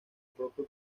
propio